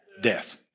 Death